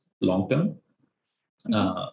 long-term